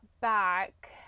back